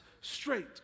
straight